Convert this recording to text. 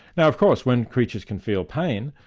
now of course when creatures can feel pain,